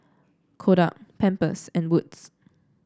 Kodak Pampers and Wood's